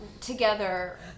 together